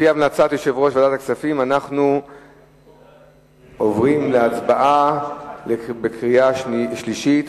לפי המלצת יושב-ראש ועדת הכספים אנחנו עוברים להצבעה בקריאה שלישית,